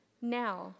now